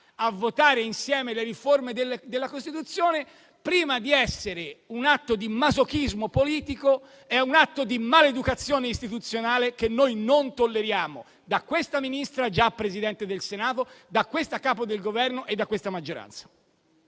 a votare insieme le riforme della Costituzione, prima che di masochismo politico, è un atto di maleducazione istituzionale che noi non tolleriamo da questa Ministra già Presidente del Senato, da questa Capo del Governo e da questa maggioranza.